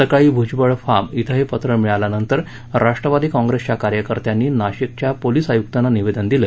सकाळी भुजबळ फार्म इथं हे पत्र मिळाल्यानंतर राष्ट्रवादी काँग्रेसच्या कार्यकर्त्यांनी नाशिकच्या पोलीस आयुक्तांना निवेदन दिलं